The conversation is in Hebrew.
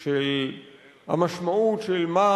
של המשמעות של מה